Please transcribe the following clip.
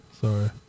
Sorry